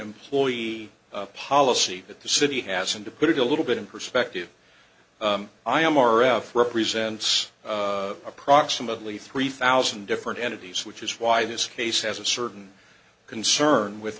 employee policy that the city has and to put it a little bit in perspective i am r f represents approximately three thousand different entities which is why this case has a certain concern with